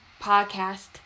podcast